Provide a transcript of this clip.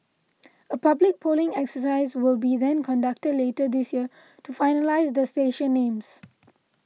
a public polling exercise will be then conducted later this year to finalise the station names